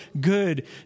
good